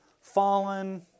fallen